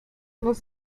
los